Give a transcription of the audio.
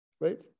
right